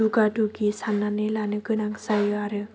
दुगा दुगि साननानै लानो गोनां जायो आरो